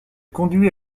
conduit